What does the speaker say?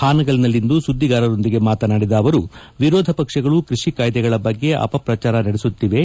ಹಾನಗಲ್ನಲ್ಲಿಂದು ಸುದ್ದಿಗಾರರೊಂದಿಗೆ ಮಾತನಾಡಿದ ಅವರು ವಿರೋಧ ಪಕ್ಷಗಳು ಕೃಷಿ ಕಾಯ್ದೆಗಳ ಬಗ್ಗೆ ಅಪಪ್ರಜಾರ ನಡೆಸುತ್ತಿವೆ